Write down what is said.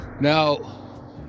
now